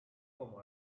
como